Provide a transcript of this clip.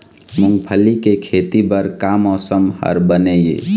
मूंगफली के खेती बर का मौसम हर बने ये?